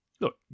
look